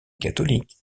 catholiques